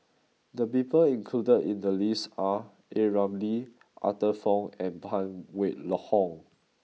the people included in the list are A Ramli Arthur Fong and Phan Wait Hong